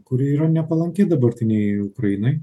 kuri yra nepalanki dabartinei ukrainai